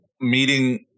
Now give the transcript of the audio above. meeting